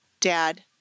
dad